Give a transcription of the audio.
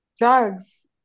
Drugs